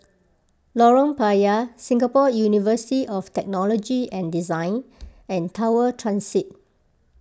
Lorong Payah Singapore University of Technology and Design and Tower Transit